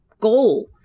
goal